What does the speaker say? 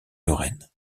lorraine